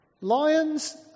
Lions